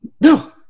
no